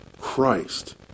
Christ